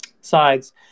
sides